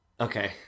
Okay